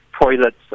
toilets